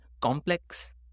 complex